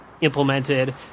implemented